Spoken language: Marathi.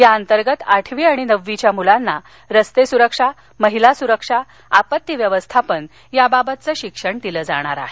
या अंतर्गत आठवी आणि नववीच्या मुलांना रस्ते सुरक्षा महिला सुरक्षा आपत्ती व्यवस्थापन याबाबतचं शिक्षण दिलं जाणार आहे